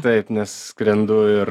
taip nes skrendu ir